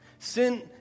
Sin